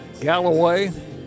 Galloway